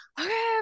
okay